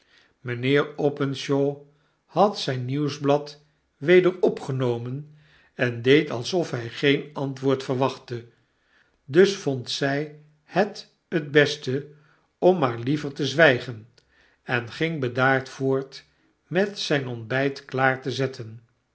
mijnheer openshaw had zijn nieuwsblad weder opgenomen en deed alsof hij geen antwoord verwachtte dus vond zij het t beste om maar liever te zwijgen en ging bedaard voort met zijn ontbijt klaar te zetten